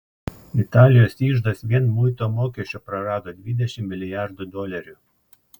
italijos iždas vien muito mokesčio prarado dvidešimt milijardų dolerių